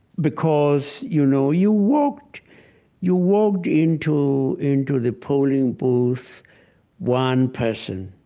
because, you know, you walked you walked into into the polling booth one person